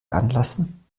anlassen